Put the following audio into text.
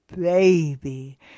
baby